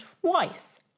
twice